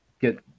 get